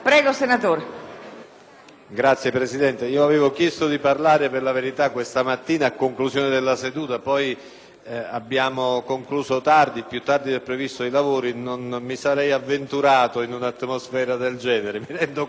i lavori sono terminati più tardi del previsto e non mi sarei avventurato in un'atmosfera del genere. Mi rendo conto; però, il problema desidero comunque rappresentarlo, perché è urgente e grave.